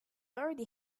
already